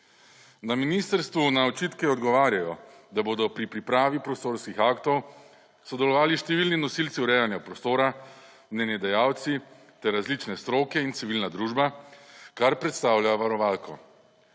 Na ministrstvu na očitke odgovarjajo, da bodo pri pripravi prostorskih aktov sodelovali številni nosilci urejanja prostora, mnenjedajalci ter različne stroke in civilna družba, kar predstavlja varovalko.